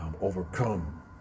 overcome